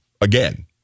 again